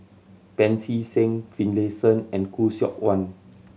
Pancy Seng Finlayson and Khoo Seok Wan